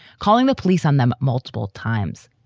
calling the police on them multiple times.